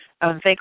Thank